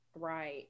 Right